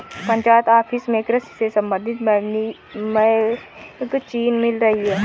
panchayat office में कृषि से संबंधित मैगजीन मिल रही है